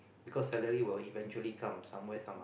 because salary will eventually come somewhere somehow